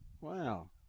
Wow